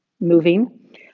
moving